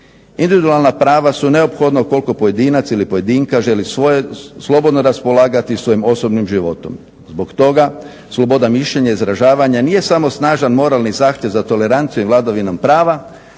Individualna prava su neophodna ukoliko pojedinac ili pojedinka želi slobodno raspolagati svojim osobnim životom. Zbog toga sloboda mišljenja i izražavanja nije samo snažan moralni zahtjev za toleranciju i vladavinom prava,